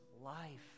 life